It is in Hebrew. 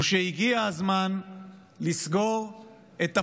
הוא שהגיע הזמן לסגור את הפער,